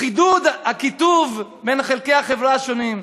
חידוד הקיטוב בין חלקי החברה השונים.